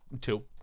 two